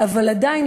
אבל עדיין,